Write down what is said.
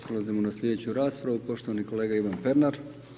Prelazimo na slijedeću raspravu poštovani kolega Ivan Pernar.